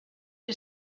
que